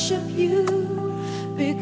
should be